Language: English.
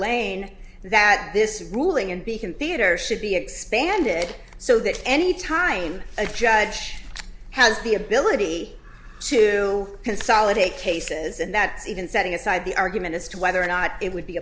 lane that this ruling and beacon theater should be expanded so that any time a judge has the ability to consolidate cases and that even setting aside the argument as to whether or not it would be